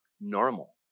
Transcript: normal